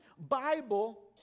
Bible